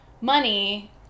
money